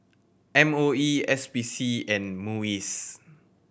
M O E S P C and MUIS